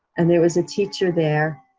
and there was a teacher there,